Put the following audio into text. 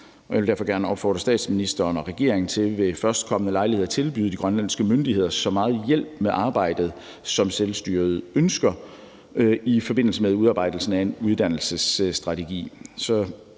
Jeg vil derfor gerne opfordre statsministeren og regeringen til ved førstkommende lejlighed at tilbyde de grønlandske myndigheder så meget hjælp med arbejdet, som selvstyret ønsker i forbindelse med udarbejdelsen af en uddannelsesstrategi.